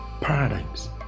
Paradigms